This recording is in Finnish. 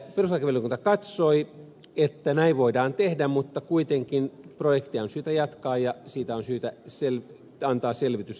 perustuslakivaliokunta katsoi että näin voidaan tehdä mutta katsoi että projektia on kuitenkin syytä jatkaa ja antaa siitä selvitys eduskunnalle